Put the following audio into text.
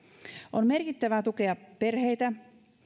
on merkittävää tukea perheitä